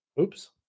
Oops